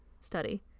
study